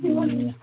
ए